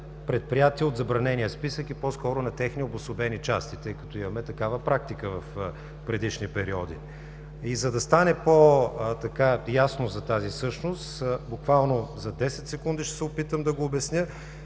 предприятия от забранения списък и по-скоро на техни обособени части, тъй като имаме такава практика в предишни периоди? За да стане по-ясна тази същност, буквално за десет секунди ще се опитам да го обясня.